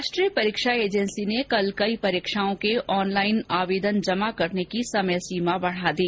राष्ट्रीय परीक्षा एजेंसी ने कल कई परीक्षाओं के ऑनलाइन आवेदन जमा करने की समय सीमा बढ़ा दी